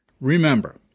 Remember